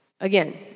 Again